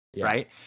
right